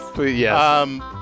Yes